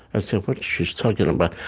ah said what's she talking about?